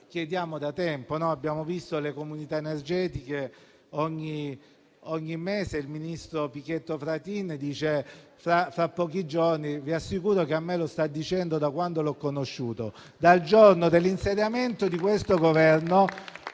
chiediamo da tempo. Abbiamo visto ad esempio le comunità energetiche. Ogni mese il ministro Pichetto Fratin parla di pochi giorni; vi assicuro che a me lo sta dicendo da quando l'ho conosciuto, dal giorno dell'insediamento di questo Governo.